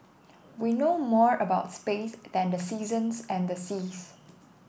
we know more about space than the seasons and the seas